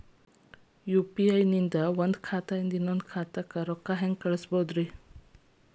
UPI ನಿಂದ ಒಂದ್ ಖಾತಾದಿಂದ ಇನ್ನೊಂದು ಖಾತಾಕ್ಕ ರೊಕ್ಕ ಹೆಂಗ್ ಕಳಸ್ಬೋದೇನ್ರಿ?